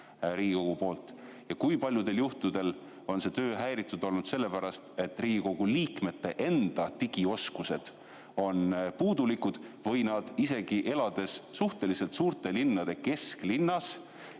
on pakkunud, ja kui paljudel juhtudel on see töö häiritud olnud sellepärast, et Riigikogu liikmete enda digioskused on puudulikud või et nad isegi elades suhteliselt suurte linnade kesklinnas